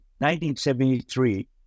1973